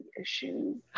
issues